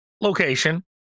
location